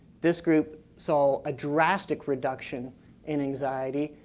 this group saw a drastic reduction in anxiety.